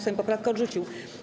Sejm poprawkę odrzucił.